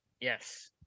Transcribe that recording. Yes